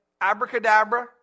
abracadabra